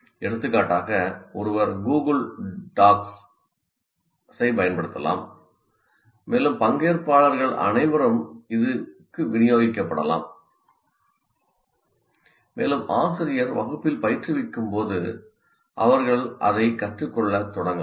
எடுத்துக்காட்டாக ஒருவர் Google Docs ஸைப் பயன்படுத்தலாம் மேலும் பங்கேற்பாளர்கள் அனைவருக்கும் இது விநியோகிக்கப்படலாம் மேலும் ஆசிரியர் வகுப்பில் பயிற்றுவிக்கும்போது அவர்கள் அதைச் கற்றுக்கொள்ள தொடங்கலாம்